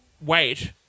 wait